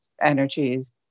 energies